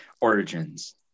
origins